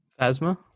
phasma